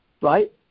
right